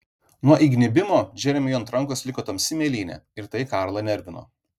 nuo įgnybimo džeremiui ant rankos liko tamsi mėlynė ir tai karlą nervino